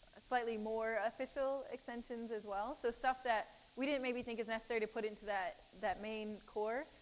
slightly more official extensions as well. so stuff that we didn't maybe think is necessary to put into that that main core,